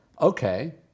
okay